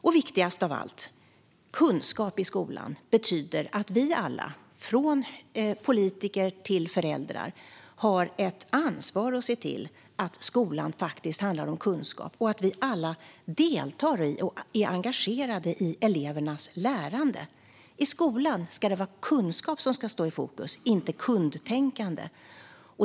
Och viktigast av allt: Kunskap i skolan betyder att vi alla, från politiker till föräldrar, har ett ansvar att se till att skolan faktiskt handlar om kunskap och att vi alla deltar i och är engagerade i elevernas lärande. I skolan är det kunskap som ska stå i fokus, inte kundtänkande.